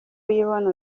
uyibona